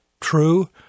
true